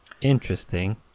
interesting